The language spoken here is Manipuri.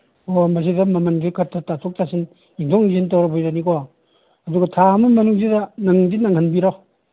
ꯑꯣ ꯃꯁꯤꯗ ꯃꯃꯜꯁꯦ ꯇꯥꯊꯣꯛ ꯊꯥꯁꯤꯟ ꯌꯦꯡꯊꯣꯛ ꯌꯦꯡꯁꯤꯟ ꯇꯧꯔꯕꯗꯅꯤꯀꯣ ꯑꯗꯨꯒ ꯊꯥ ꯑꯃꯒꯤ ꯃꯅꯨꯡꯁꯤꯗ ꯅꯪꯗꯤ ꯅꯪꯍꯟꯕꯤꯔꯣ